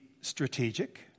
strategic